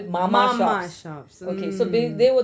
மாமா:mama shops mm